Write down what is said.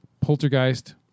Poltergeist